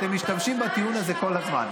אתם משתמשים בטיעון הזה כל הזמן.